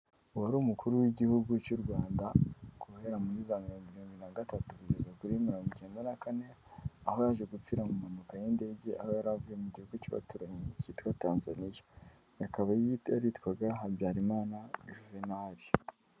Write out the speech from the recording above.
Uwari umukuru w'igihugu cy'u Rwanda guhera muri za mirongo irindwi na gatatu kugeza kuri mirongo icyenda na kane, aho yaje gupfira mu mpanuka y'indege aho yari avuye mu gihugu cy'abaturanyi cyitwa Tanzania. Akaba yaritwaga Habyarimana Juvenali.